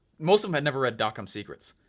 most of them had never read dotcom secrets,